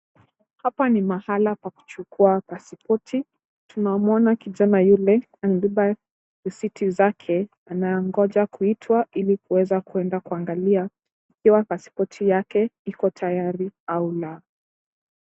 Hapa ni mahala pa kuchukua pasipoti. Tunamwona kijana yule amebeba risiti zake, anangoja kuitwa ili kueza kwenda kuangalia ikiwa pasipoti yake iko tayari au la.